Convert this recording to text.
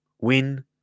win